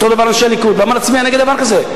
אותו דבר אנשי הליכוד, למה להצביע נגד דבר כזה?